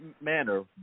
manner